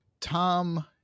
Tom